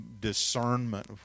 discernment